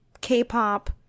K-pop